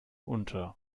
unter